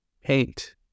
Paint